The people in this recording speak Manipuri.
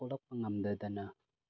ꯊꯣꯛꯂꯛꯄ ꯉꯝꯗꯗꯅ